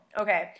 Okay